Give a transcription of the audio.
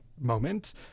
moment